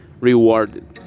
rewarded